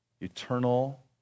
eternal